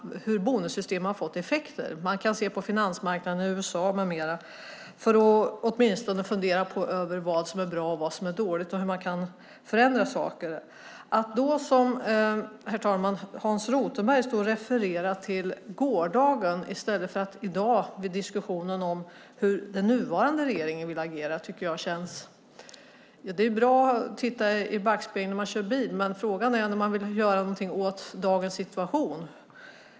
Ser man på finansmarknaden i USA med mera får man anledning att fundera över vad som är bra och dåligt och på hur man kan förändra saker. Herr talman! Varför som Hans Rothenberg stå och referera till gårdagen i stället för att diskutera hur dagens regering ska agera? Det är bra att titta i backspegeln när man kör bil, men det hjälper föga när man ska agera för att göra något åt dagens situation.